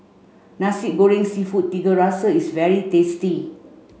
Nasi Goreng Seafood Tiga Rasa is very tasty